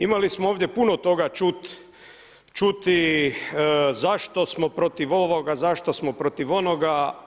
Imali smo ovdje puno toga čuti zašto smo protiv ovoga, zašto smo protiv onoga.